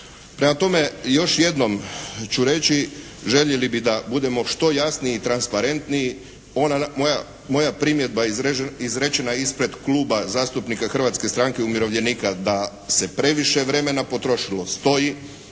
Prema tome, još jednom ću reći, željeli bi da budemo što jasniji i transparentniji. Moja primjedba izrečena je ispred Kluba zastupnika Hrvatske stranke umirovljenika da se previše vremena potrošilo stoji.